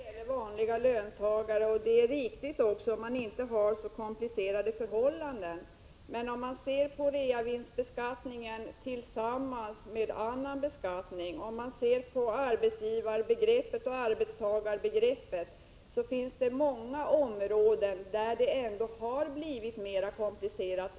Herr talman! Det är riktigt, så länge det gäller vanliga löntagare, och likaså är det riktigt om man inte har så komplicerade förhållanden. Men om man ser på reavinstbeskattningen tillsammans med annan beskattning, och om man ser på arbetsgivaroch arbetstagarbegreppen, så finns det ändå många områden där det har blivit mera komplicerat.